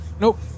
nope